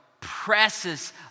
presses